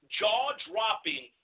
jaw-dropping